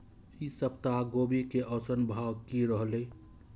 ई सप्ताह गोभी के औसत भाव की रहले?